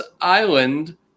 Island